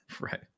Right